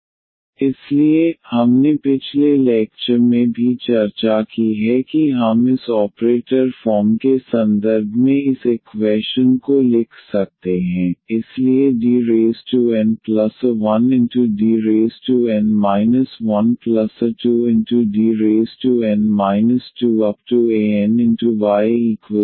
dnydxna1dn 1ydxn 1any0 इसलिए हमने पिछले लैक्चर में भी चर्चा की है कि हम इस ऑपरेटर फॉर्म के संदर्भ में इस इक्वैशन को लिख सकते हैं इसलिए Dna1Dn 1a2Dn 2any0